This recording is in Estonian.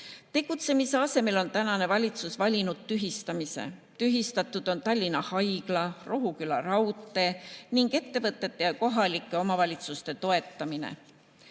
muuta. Tegutsemise asemel on tänane valitsus valinud tühistamise. Tühistatud on Tallinna Haigla ja Rohuküla raudtee ning ettevõtete ja kohalike omavalitsuste toetamine.